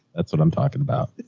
that's what i'm talking about.